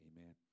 Amen